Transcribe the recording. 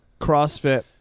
CrossFit